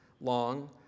long